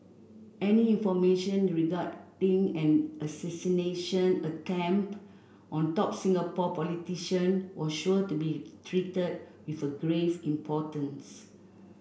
any information regarding an assassination attempt on top Singapore politician was sure to be treated with a grave importance